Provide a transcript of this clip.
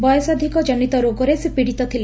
ବୟସାଧିକଜନିତ ରୋଗରେ ସେ ପୀଡ଼ିତ ଥିଲେ